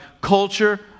culture